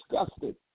disgusted